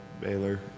Baylor